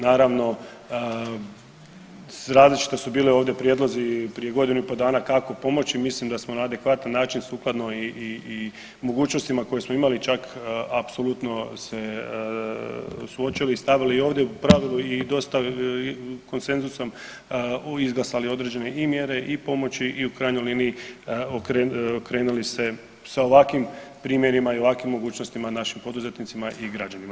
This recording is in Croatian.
Naravno, različiti su ovdje bili prijedlozi prije godinu i pol dana kako pomoći, mislim da smo na adekvatan način sukladno i mogućnostima koje smo imali, čak apsolutno se suočili i stavili i ovdje u pravilu i dosta konsenzusom u izglasali i određene i mjere i pomoći i u krajnjoj liniji, okrenuli se, sa ovakvim primjerima i ovakvim mogućnostima našim poduzetnicima i građanima.